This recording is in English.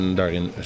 daarin